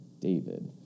David